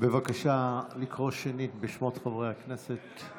בבקשה לקרוא שנית בשמות חברי הכנסת.